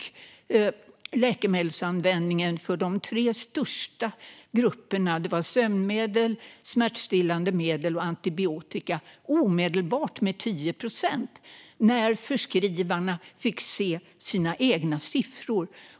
Användningen av de tre största läkemedelsgrupperna - sömnmedel, smärtstillande medel och antibiotika - sjönk omedelbart med 10 procent när förskrivarna fick se sina egna siffror.